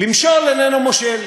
למשול איננו מושל.